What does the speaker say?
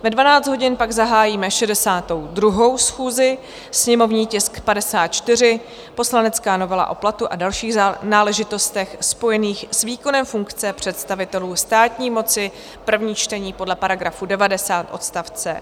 Ve 12 hodin pak zahájíme 62. schůzi, sněmovní tisk 54, poslanecká novela o platu a dalších náležitostech spojených s výkonem funkce představitelů státní moci, první čtení, podle § 90 odst.